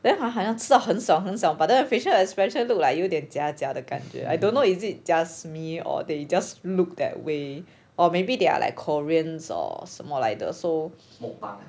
then hor 好像好像吃得很少很少 but then the facial expression look like 有点假假的感觉 I don't know is it just me or they just look that way or maybe they are like koreans or 什么来的 so